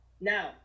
now